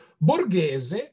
Borghese